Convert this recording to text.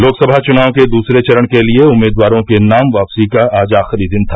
लोकसभा चुनाव के दूसरे चरण के लिए उम्मीदवारों के नाम वापसी का आज आखिरी दिन था